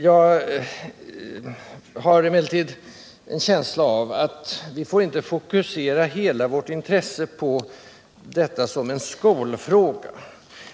Jag har emellertid en känsla av att vi inte får fokusera hela vårt intresse på detta som en skolfråga.